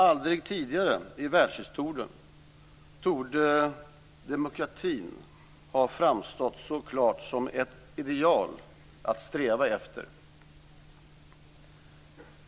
Aldrig tidigare i världshistorien torde demokratin ha framstått så klart som ett ideal att sträva efter.